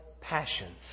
passions